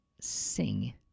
sing